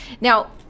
Now